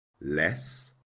less